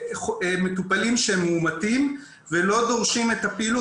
מטופלים שהם מאומתים ולא דורשים את הפעילות.